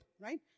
right